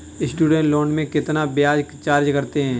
Student loan में कितना ब्याज चार्ज करते हैं?